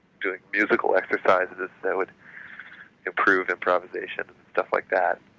doing musical exercises that would improve improvisation, and stuff like that.